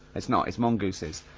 it's not. it's mongooses.